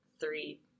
three